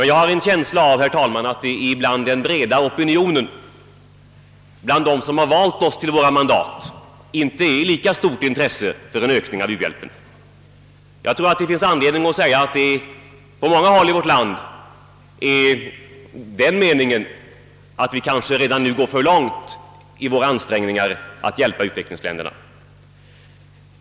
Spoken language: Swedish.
Jag har emellertid, herr talman, en känsla av att det bland den breda opinionen — och bland dem som har valt oss och givit oss våra mandat — inte råder ett lika stort intresse för en ök ning av u-hjälpen. Jag tror det finns anledning påpeka att den meningen råder på många håll i vårt land, att vi kanske redan nu gått för långt i våra ansträngningar att hjälpa utvecklingsländerna.